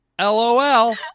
LOL